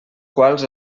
quals